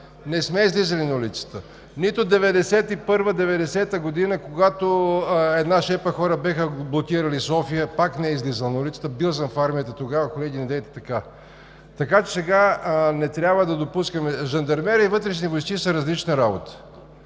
Не сме излизали на улицата! Нито 1990 – 1991 г., когато една шепа хора бяха блокирали София, пак не е излизала на улицата. Бил съм в армията тогава. Колеги, недейте така! (Шум и реплики.) Сега не трябва да допускаме… Жандармерия и вътрешни войски са различна работа!